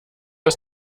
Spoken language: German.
aus